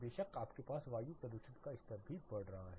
बेशक आपके पास वायु प्रदूषण का स्तर भी बढ़ रहा है